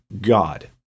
god